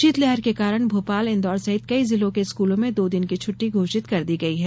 शीतलहर के कारण भोपाल इंदौर सहित कई जिलों के स्कूलों में दो दिन की छुट्टी घोषित कर दी गई है